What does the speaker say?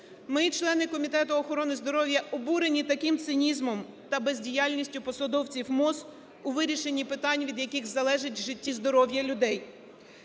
Ми, члени Комітету охорони здоров'я, обурені таким цинізмом та бездіяльністю посадовців МОЗ у вирішенні питань, від яких залежить життя і здоров'я людей.